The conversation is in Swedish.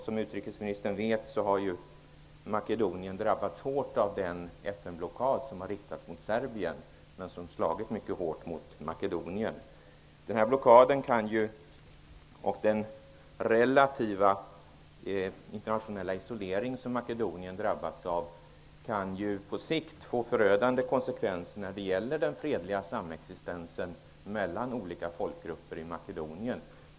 Som utrikesministern vet har Makedonien drabbats mycket hårt av den FN-blockad som har riktats mot Serbien. Denna blockad och den relativa internationella isolering som Makedonien drabbats av kan på sikt få förödande konsekvenser för den fredliga samexistensen mellan olika folkgrupper i Makedonien.